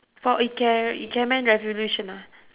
for ike~ ikemen-revolution ah